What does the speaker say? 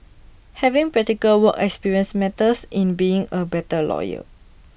having practical work experience matters in being A better lawyer